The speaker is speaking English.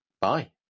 Bye